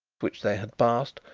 which they had passed,